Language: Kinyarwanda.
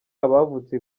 abavutse